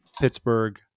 Pittsburgh